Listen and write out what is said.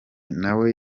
nawe